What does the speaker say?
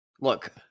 Look